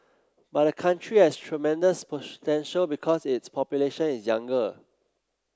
but the country has tremendous potential because its population is younger